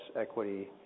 equity